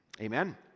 amen